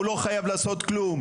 הוא לא חייב לעשות כלום.